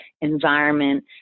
environment